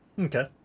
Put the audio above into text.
Okay